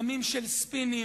ימים של ספינים,